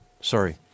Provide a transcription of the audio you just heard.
Sorry